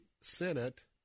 senate